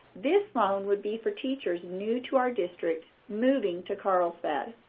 this loan would be for teachers new to our district, moving to carlsbad.